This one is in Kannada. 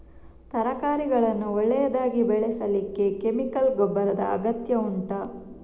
ತರಕಾರಿಗಳನ್ನು ಒಳ್ಳೆಯದಾಗಿ ಬೆಳೆಸಲಿಕ್ಕೆ ಕೆಮಿಕಲ್ ಗೊಬ್ಬರದ ಅಗತ್ಯ ಉಂಟಾ